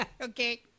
Okay